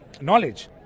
knowledge